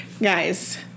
Guys